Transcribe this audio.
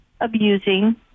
abusing